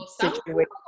situation